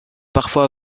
parfois